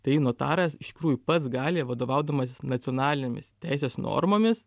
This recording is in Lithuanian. tai notaras iš tikrųjų pats gali vadovaudamasis nacionalinėmis teisės normomis